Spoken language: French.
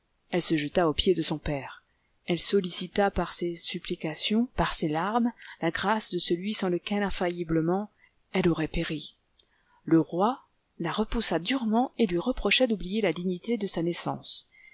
elle se jeta aux pieds de son père elle sollicita par ses supplications par ses larmes la grâce de celui sans lequel infailliblement elle aurait péri le roi la repoussa durement et lui reprocha d'oublier la dignité de sa naissance